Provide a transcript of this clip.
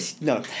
No